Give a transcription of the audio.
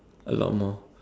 a lot more